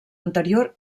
anterior